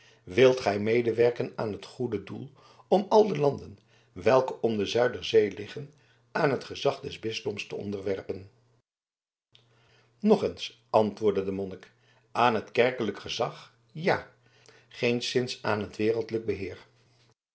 wilt gij medewerken aan het groote doel om al de landen welke om de zuiderzee liggen aan het gezag des bisdoms te onderwerpen nog eens antwoordde de monnik aan het kerkelijk gezag ja geenszins aan het wereldlijk beheer